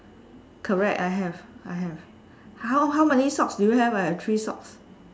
correct I have I have how how many socks do you have I have three socks